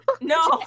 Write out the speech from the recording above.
no